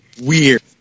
weird